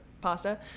pasta